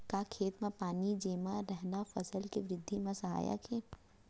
का खेत म पानी जमे रहना फसल के वृद्धि म सहायक हे?